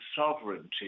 sovereignty